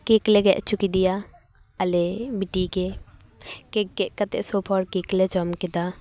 cake ᱞᱮ ᱜᱮᱫ ᱪᱚ ᱠᱮᱫᱮᱭᱟ ᱟᱞᱮ ᱵᱤᱴᱤ ᱜᱮ ᱠᱮᱠ ᱜᱮᱫ ᱠᱟᱛᱮᱜ ᱥᱳᱵ ᱦᱚᱲ ᱠᱮᱠ ᱞᱮ ᱡᱚᱢ ᱠᱮᱫᱟ